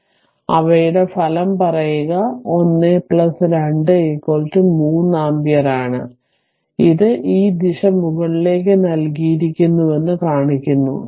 അതിനാൽ അവയുടെ ഫലം പറയുക 1 2 3 ആമ്പിയർ ആണ് ഇത് ഈ ദിശ മുകളിലേക്ക് നൽകിയിരിക്കുന്നുവെന്ന് കാണിക്കുന്നു